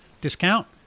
discount